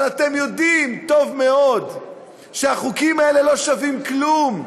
אבל אתם יודעים טוב מאוד שהחוקים האלה לא שווים כלום.